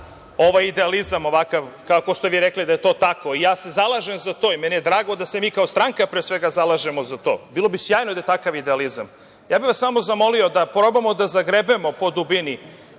ovaj idealizam ovakav kako ste vi rekli da je to tako, ja se zalažem za to i meni je drago da se mi kao stranka pre svega zalažemo za to, bilo bi sjajno da je takav idealizam. Ja bih vas samo zamolio da probamo da zagrebemo po dubini